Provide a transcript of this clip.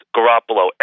Garoppolo